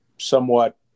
somewhat